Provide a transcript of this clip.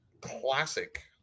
classic